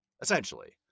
essentially